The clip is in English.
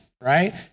right